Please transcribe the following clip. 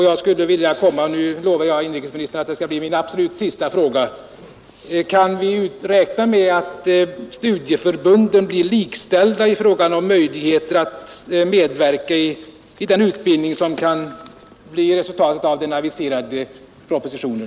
Jag vill fråga — och nu lovar jag inrikesministern att det skall bli min absolut sista fråga: Kan vi räkna med att studieförbunden blir likställda i vad gäller möjligheter att medverka i den utbildning som kan bli resultatet av den aviserade propositionen?